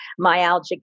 myalgic